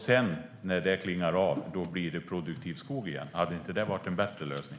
Sedan, när det klingar av, blir det produktiv skog igen. Hade inte det varit en bättre lösning?